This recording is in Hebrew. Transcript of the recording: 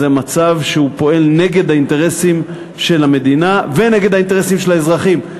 זה מצב שפועל נגד האינטרסים של המדינה ונגד האינטרסים של האזרחים.